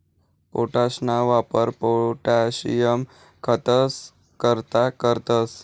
पोटाशना वापर पोटाशियम खतंस करता करतंस